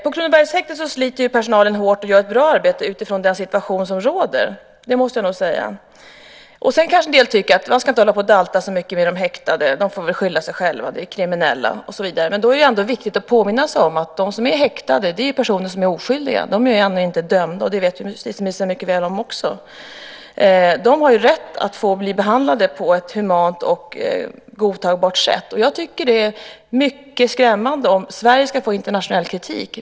På Kronobergshäktet sliter personalen hårt och gör ett bra arbete utifrån den situation som råder. Det måste jag nog säga. Sedan kanske en del tycker att man inte ska hålla på och dalta så mycket med de häktade. De får väl skylla sig själva, det är kriminella och så vidare. Då är det ändå viktigt att påminna sig att de som är häktade är personer som är oskyldiga. De är ännu inte dömda. Det vet justitieministern också mycket väl om. De har rätt att bli behandlade på ett humant och godtagbart sätt. Jag tycker att det är mycket skrämmande om Sverige ska få internationell kritik.